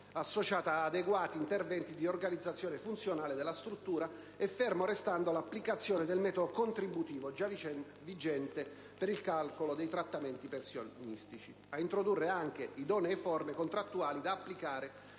associata ad adeguati interventi di riorganizzazione funzionale della struttura e, ferma restando l'applicazione del metodo contributivo già vigente per il calcolo dei trattamenti pensionistici, a introdurre anche idonee forme contrattuali da applicare